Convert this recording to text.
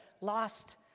lost